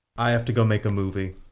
i have to go make a movie.